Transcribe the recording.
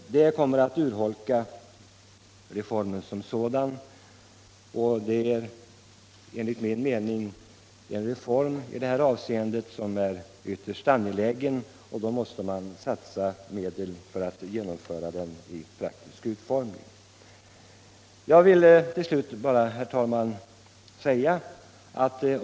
Det kommer att urholka reformen. En så ytterst angelägen reform måste man satsa medel för att genomföra.